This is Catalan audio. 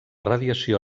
radiació